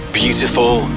beautiful